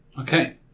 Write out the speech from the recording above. Okay